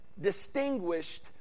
distinguished